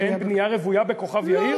אין בנייה רוויה בכוכב-יאיר?